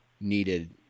needed